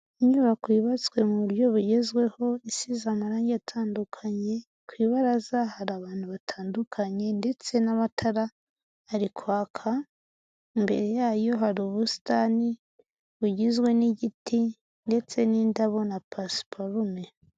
Inyubako yubatswe mu buryo bugezweho, isize amarage atandukanye, ku ibaraza hari abantu batandukanye ndetse n'amatara ari kwaka, imbere yayo hari ubusitani bugizwe n'igiti ndetse n'indabo na pasiparume.